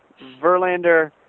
Verlander